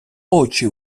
очи